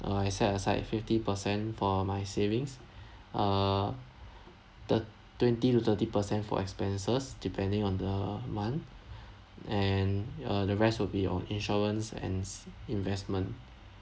uh I set aside fifty percent for my savings uh thi~ twenty to thirty percent for expenses depending on the month and uh the rest will be on installments and investment